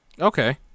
Okay